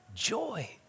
Joy